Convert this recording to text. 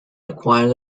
acquired